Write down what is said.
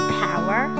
power